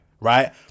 right